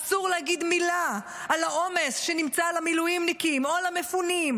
אסור להגיד מילה על העומס שמוטל על המילואימניקים או על המפונים,